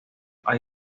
hay